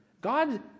god